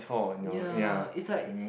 um yeah it's like